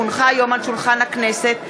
כי הונחו היום על שולחן הכנסת,